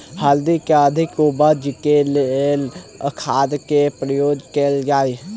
हल्दी केँ अधिक उपज केँ लेल केँ खाद केँ प्रयोग कैल जाय?